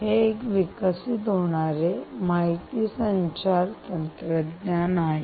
हे एक विकसित होणारे आणि माहिती संचार तंत्रज्ञान आहे